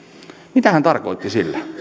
mitä hän tarkoitti sillä